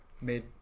made